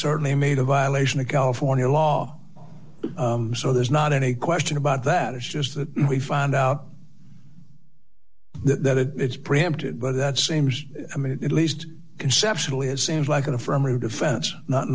certainly made a violation of california law so there's not any question about that it's just that we find out that it's preempted but that seems i mean it least conceptually it seems like an affirmative defense not